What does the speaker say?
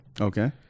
Okay